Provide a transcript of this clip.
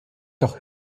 doch